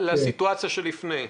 לסיטואציה שלפני כן?